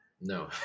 no